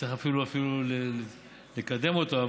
ושצריך אפילו לקדם אותו,